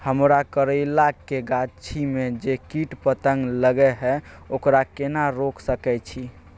हमरा करैला के गाछी में जै कीट पतंग लगे हैं ओकरा केना रोक सके छी?